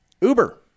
Uber